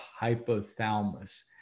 hypothalamus